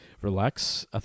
relax